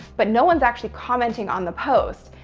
but no one's actually commenting on the post.